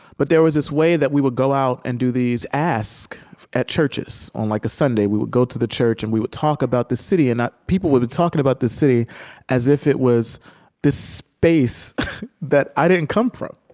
but there was this way that we would go out and do these asks at churches on, like, a sunday. we would go to the church, and we would talk about the city. and people would be talking about the city as if it was this space that i didn't come from,